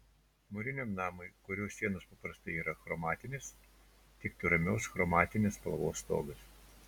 mūriniam namui kurio sienos paprastai yra achromatinės tiktų ramios chromatinės spalvos stogas